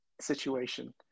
situation